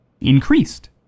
increased